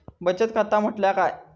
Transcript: बचत खाता म्हटल्या काय?